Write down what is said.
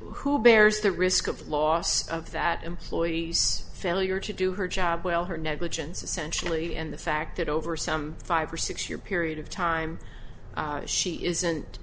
who bears the risk of loss of that employee's failure to do her job well her negligence essentially and the fact that over some five or six year period of time she isn't